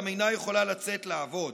היא אינה יכולה לצאת לעבוד,